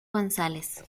gonzález